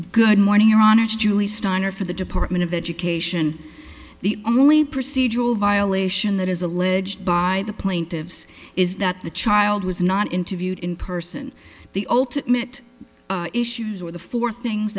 good morning your honor julie steiner for the department of education the only procedural violation that is alleged by the plaintiffs is that the child was not interviewed in person the ultimate issues were the four things